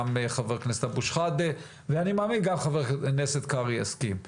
גם חבר הכנסת אבו שחאדה ואני מאמין שגם חבר הכנסת קרעי יסכים.